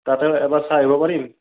তাতে এবাৰ চাই ল'বানি